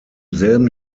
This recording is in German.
selben